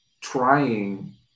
trying